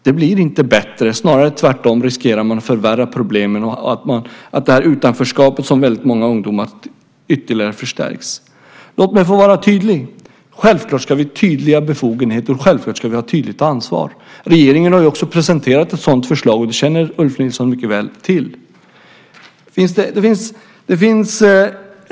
Det blir inte bättre, man riskerar snarare att förvärra problemen och att ytterligare förstärka den känsla av utanförskap som många ungdomar har. Låt mig vara tydlig. Vi ska självklart ha tydliga befogenheter och vi ska självklart ha tydligt ansvar. Regeringen har också presenterat ett sådant förslag. Det känner Ulf Nilsson mycket väl till.